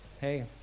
hey